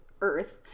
Earth